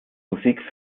musik